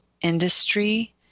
industry